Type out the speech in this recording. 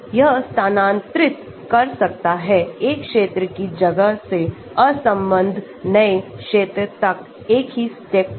यह स्थानांतरित कर सकता है 1 क्षेत्र की जगह से असंबद्ध नए क्षेत्रतक एक ही स्टेप में